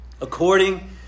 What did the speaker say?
according